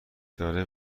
داره